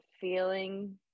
feeling